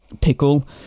pickle